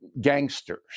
gangsters